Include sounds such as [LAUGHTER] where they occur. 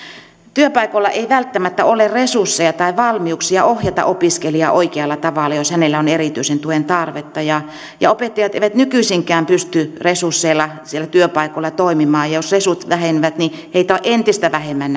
työpaikoilla ei välttämättä ole resursseja tai valmiuksia ohjata opiskelijaa oikealla tavalla jos hänellä on erityisen tuen tarvetta ja ja opettajat eivät nykyisinkään pysty resursseillaan siellä työpaikoilla toimimaan ja jos resurssit vähenevät niin heitä näkyy entistä vähemmän [UNINTELLIGIBLE]